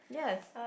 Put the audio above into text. yes